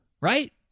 right